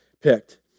picked